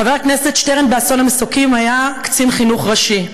חבר הכנסת שטרן באסון המסוקים היה קצין חינוך ראשי.